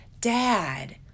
Dad